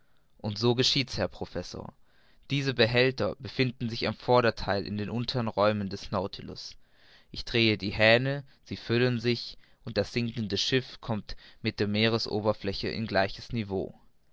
und so geschieht's herr professor diese behälter befinden sich am vordertheil in den unteren räumen des nautilus ich drehe die hähne sie füllen sich und das sinkende schiff kommt mit der meeresoberfläche in gleiches niveau